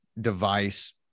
device